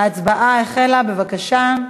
ההצבעה החלה, בבקשה.